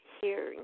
hearing